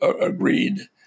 agreed